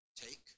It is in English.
take